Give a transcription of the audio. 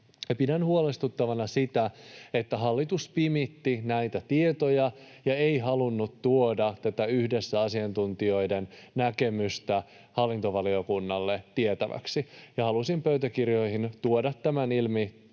Pidän huolestuttavana sitä, että hallitus pimitti näitä tietoja ja ei halunnut yhdessä tuoda tätä asiantuntijoiden näkemystä hallintovaliokunnalle tiettäväksi, ja